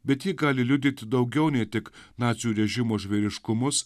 bet ji gali liudyti daugiau nei tik nacių režimo žvėriškumus